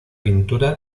pintura